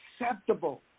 acceptable